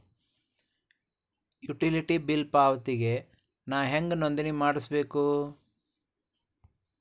Utility bill ಪಾವತಿಗೆ ನಾ ಹೆಂಗ್ ನೋಂದಣಿ ಮಾಡ್ಸಬೇಕು?